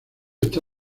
está